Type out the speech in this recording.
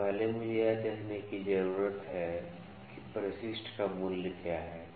तो पहले मुझे यह देखने की जरूरत है कि परिशिष्ट का मूल्य क्या है